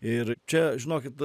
ir čia žinokit